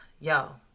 y'all